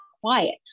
quiet